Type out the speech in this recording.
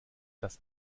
das